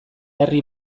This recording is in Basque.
herri